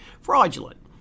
fraudulent